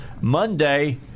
Monday